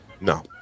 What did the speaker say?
no